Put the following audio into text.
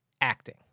acting